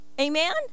amen